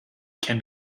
can